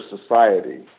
society